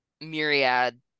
myriad